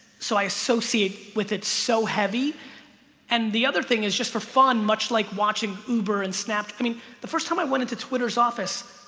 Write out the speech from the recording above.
so i associate with it. so heavy and the other thing is just for fun much like watching uber and snapped i mean the first time i went into twitter's office,